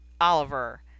Oliver